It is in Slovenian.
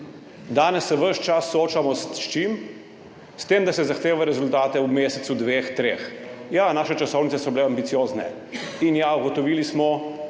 Danes se ves čas soočamo – s čim? S tem, da se zahteva rezultate v mesecu dveh, treh. Ja, naše časovnice so bile ambiciozne in ja, ugotovili smo,